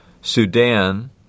Sudan